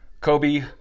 Kobe